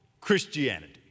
Christianity